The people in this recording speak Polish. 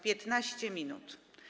15 minut.